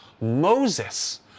Moses